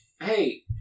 hey